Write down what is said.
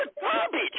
garbage